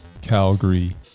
Calgary